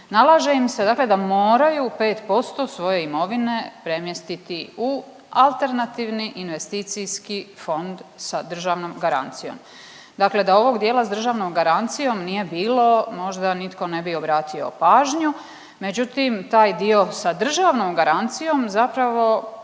nalaže im se da moraju 5% svoje imovine premjestiti u alternativni investicijski fond sa državnom garancijom. Dakle, da ovog dijela s državnom garancijom nije bilo možda nitko ne bi obratio pažnju, međutim taj dio sa državnom garancijom zapravo